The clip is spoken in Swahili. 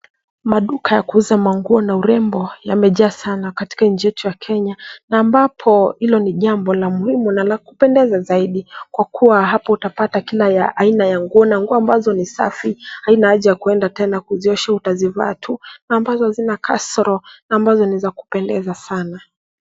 Maduka ya kuuza manguo na urembo yamejaa sana katika nchi yetu ya Kenya ambapo hilo ni jambo la muhimu na la kupendeza zaidi kwa kuwa hapo utapata kila ya aina ya nguo na nguo ambazo ni safi haina haja ya kuenda tena kuziosha utazivaa tu na ambazo hazina kasoro na ambazo ni za kupendeza sana.